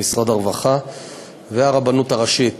משרד הרווחה והרבנות הראשית.